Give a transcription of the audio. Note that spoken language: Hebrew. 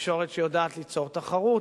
ותקשורת שיודעת ליצור תחרות,